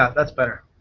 ah that's better.